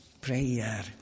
prayer